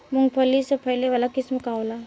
मूँगफली के फैले वाला किस्म का होला?